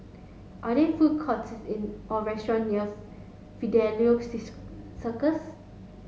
are there food courts in or restaurant near Fidelio Circus